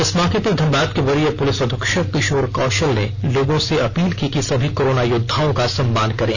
इस मौके पर धनबाद के वरीय पुलिस अधीक्षक किशोर कौशल ने लोगों से अपील की कि सभी कोरोना योद्धाओं का सम्मान करें